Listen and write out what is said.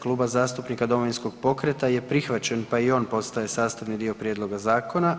Kluba zastupnika Domovinskog pokreta je prihvaćen, pa i on postaje sastavni dio prijedloga zakona.